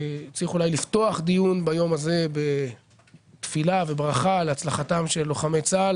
צריך אולי לפתוח דיון ביום הזה בתפילה וברכה להצלחתם של לוחמי צה"ל